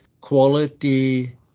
quality